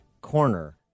corner